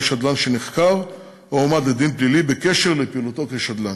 של שדלן שנחקר או הועמד לדין פלילי בקשר לפעילותו כשדלן.